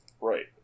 Right